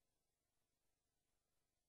תצא,